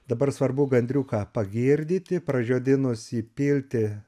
dabar svarbu gandriuką pagirdyti pražiodinus įpilti